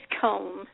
comb